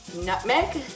nutmeg